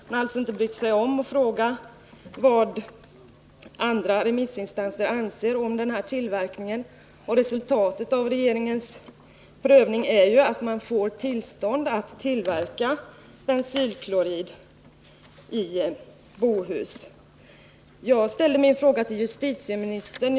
Man har inte brytt sig om att fråga vad andra instanser anser om den här tillverkningen, och resultatet av regeringens prövning är att företaget har fått tillstånd att tillverka bensylklorid i Bohus. Jag ställde min fråga till justitieministern.